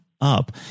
up